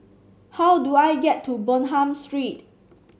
how do I get to Bonham Street